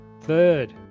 Third